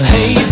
Hey